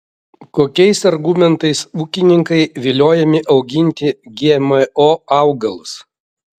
kokiais argumentais ūkininkai viliojami auginti gmo augalus